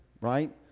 right